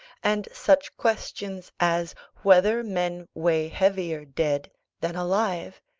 and such questions as whether men weigh heavier dead than alive?